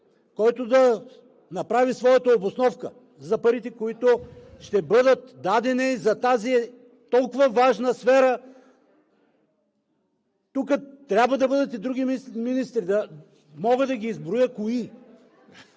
който да направи своята обосновка за парите, които ще бъдат дадени за тази толкова важна сфера. Тук трябва да бъдат и други министри, мога да ги изброя кои.